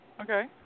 Okay